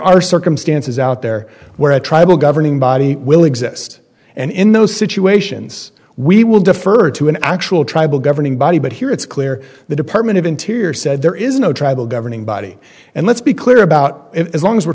are circumstances out there where a tribal governing body will exist and in those situations we will defer to an actual tribal governing body but here it's clear the department of interior said there is no tribal governing body and let's be clear about it as long as we're